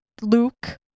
Luke